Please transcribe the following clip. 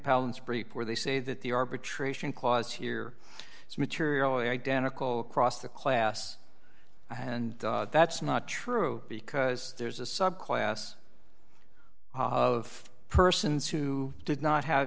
palin's brief where they say that the arbitration clause here is materially identical across the class and that's not true because there's a subclass of persons who did not have